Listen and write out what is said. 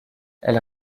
elle